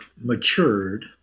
matured